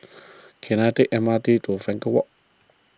can I take M R T to Frankel Walk